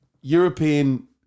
European